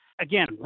again